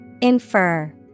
Infer